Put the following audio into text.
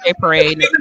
Parade